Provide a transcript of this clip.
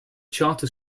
charter